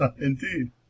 Indeed